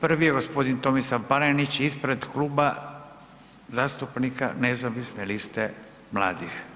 Prvi je gospodin Tomislav Panenić ispred Kluba zastupnika Nezavisne liste mladih.